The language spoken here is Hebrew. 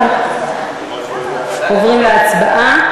אנחנו עוברים להצבעה.